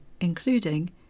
including